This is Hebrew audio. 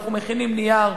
אנחנו מכינים נייר,